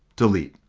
delete.